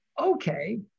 Okay